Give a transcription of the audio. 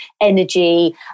energy